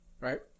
Right